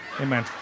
amen